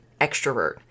extrovert